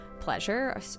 Pleasure